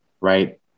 right